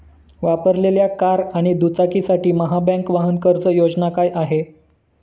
वापरलेल्या कार आणि दुचाकीसाठी महाबँक वाहन कर्ज योजना काय आहे?